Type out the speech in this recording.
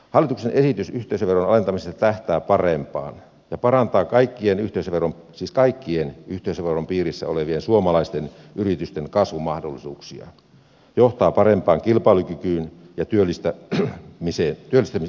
hallituksen esitys yhteisöveron alentamisesta tähtää parempaan ja parantaa kaikkien siis kaikkien yhteisöveron piirissä olevien suomalaisten yritysten kasvumahdollisuuksia johtaa parempaan kilpailukykyyn ja työllistä ni se ei pystynyt